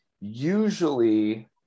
Usually